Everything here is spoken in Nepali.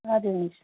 हजुर हुन्छ